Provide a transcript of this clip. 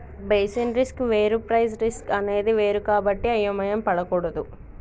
basis risk వేరు price risk అనేది వేరు కాబట్టి అయోమయం పడకూడదు